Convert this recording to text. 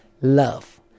Love